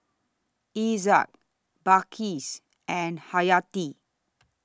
Izzat Balqis and Haryati